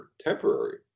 temporary